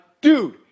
dude